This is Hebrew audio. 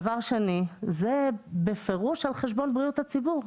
דבר שני, זה בפירוש על חשבון בריאות הציבור.